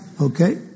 Okay